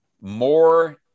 more